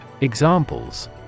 Examples